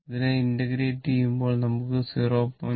ഇതിനെ ഇന്റഗ്രേറ്റ് ചെയ്യുമ്പോൾ നമുക്ക് 0